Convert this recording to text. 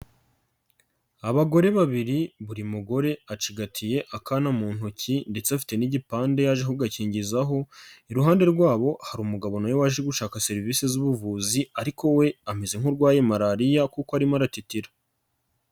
Abagore babiri buri mugore acigatiye akana mu ntoki ndetse afite n'igipande yaje kugakingizaho, iruhande rwabo hari umugabo na we waje gushaka serivisi z'ubuvuzi ariko we ameze nk'urwaye Malariya kuko arimo aratitira.